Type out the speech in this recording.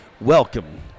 welcome